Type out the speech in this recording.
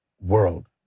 world